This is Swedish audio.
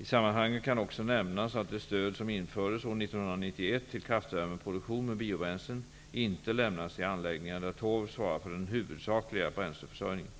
I sammanhanget kan också nämnas att det stöd som infördes år 1991 till kraftvärmeproduktion med biobränslen inte lämnas till anläggningar där torv svarar för den huvudsakliga bränsleförsörjningen.